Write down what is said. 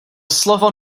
slovo